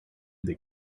they